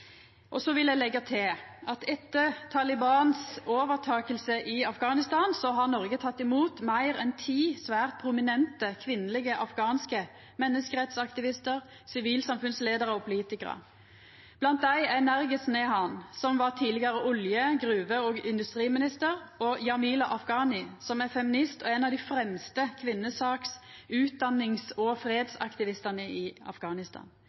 Og så vil eg leggja til at etter Talibans overtaking i Afghanistan har Noreg teke imot meir enn ti svært prominente kvinnelege afghanske menneskerettsaktivistar, sivilsamfunnsleiarar og politikarar. Blant dei er Nargis Nehan, som er tidlegare olje-, gruve- og industriminister, og Jamila Afghani, som er feminist og ein av dei fremste kvinnesaks-, utdannings- og fredsaktivistane i